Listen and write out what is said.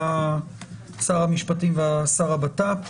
מה שר המשפטים ומה שר הבט"פ.